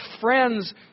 friends